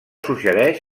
suggereix